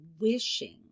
wishing